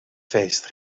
feest